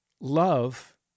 love